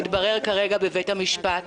מתברר כרגע בבית המשפט.